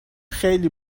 خیلی